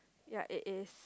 ya it is